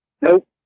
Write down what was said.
Nope